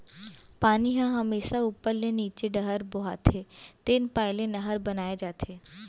पानी ह हमेसा उप्पर ले नीचे डहर बोहाथे तेन पाय ले नहर बनाए जाथे